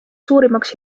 suurimaks